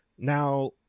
Now